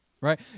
right